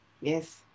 Yes